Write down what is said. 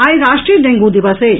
आई राष्ट्रीय डेंगू दिवस अछि